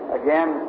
again